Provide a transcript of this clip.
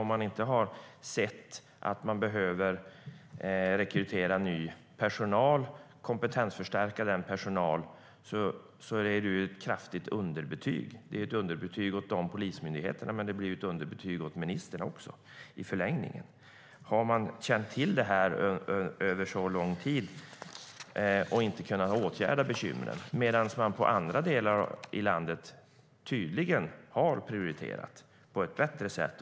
Om man inte har sett att man behöver rekrytera ny personal och kompetensförstärka personalen är det ett kraftigt underbetyg åt de polismyndigheterna, och det blir också i förlängningen ett underbetyg åt ministern. Man har känt till detta under lång tid och har inte kunnat åtgärda bekymren, medan man i andra delar av landet tydligen har prioriterat på ett bättre sätt.